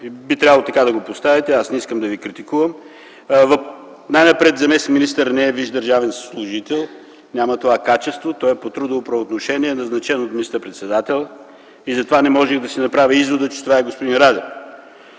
Би трябвало така да го поставите, аз не искам да Ви критикувам. Най-напред заместник-министър не е висш държавен служител, няма това качество. Той е по трудово правоотношение, назначен от министър-председателя, и затова не можех да си направя извода, че това е господин Радев.